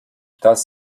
das